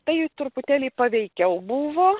tai truputėlį paveikiau buvo